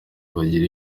bagira